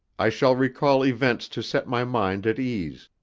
i shall recall events to set my mind at ease,